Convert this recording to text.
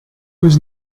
was